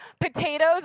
Potatoes